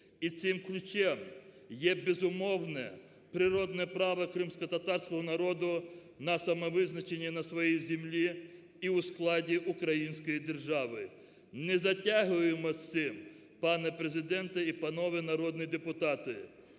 І цим ключем є безумовне природне право кримськотатарського народу на самовизначення на своїй землі і у складі української держави. Не затягуємо з цим, пане Президенте і панове народні депутати!